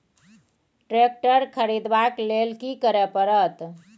Tractor खरीदबाक लेल की करय परत?